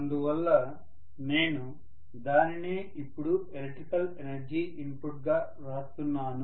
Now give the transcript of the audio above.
అందువల్ల నేను దానినే ఇప్పుడు ఎలక్ట్రికల్ ఎనర్జీ ఇన్పుట్ గా వ్రాస్తున్నాను